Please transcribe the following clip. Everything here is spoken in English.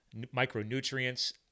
micronutrients